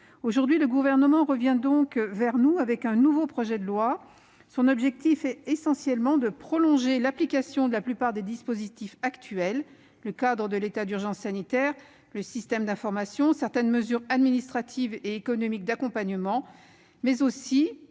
Aujourd'hui, le Gouvernement revient vers nous avec un nouveau projet de loi. Son objectif est, pour l'essentiel, de prolonger l'application de la plupart des dispositifs actuels : le cadre de l'état d'urgence sanitaire, le système d'information national de dépistage, certaines mesures administratives et économiques d'accompagnement, mais aussi